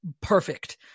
perfect